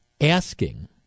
asking